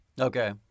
Okay